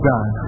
God